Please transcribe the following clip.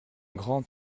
grand